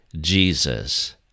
Jesus